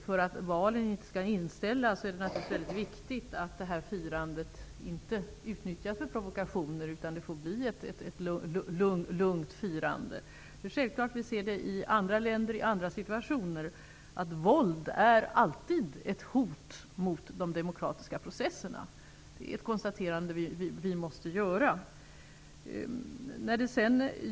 För att valen inte skall inställas är det naturligtvis viktigt att detta firande inte utnyttjas för provokationer utan får bli ett lugnt firande. Erfarenheterna från andra situationer i andra länder visar att våld alltid är ett hot mot de demokratiska processerna. Det är ett konstaterande som vi måste göra.